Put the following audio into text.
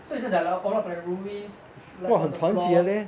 so is it like is it like a lot of ruins on the floor